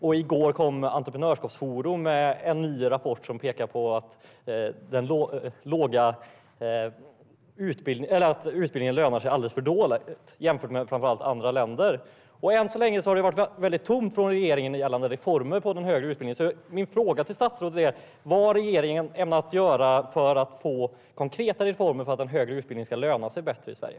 Och i går kom Entreprenörskapsforum med en ny rapport som pekar på att utbildning lönar sig alldeles för dåligt framför allt jämfört med hur det är i andra länder. Än så länge har det varit väldigt tomt från regeringen gällande reformer inom den högre utbildningen. Min fråga till statsrådet är vad regeringen ämnar göra för att skapa konkreta reformer för att högre utbildning ska löna sig bättre i Sverige.